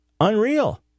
unreal